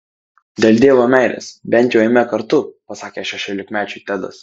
dėl dievo meilės bent jau eime kartu pasakė šešiolikmečiui tedas